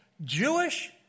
Jewish